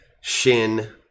Shin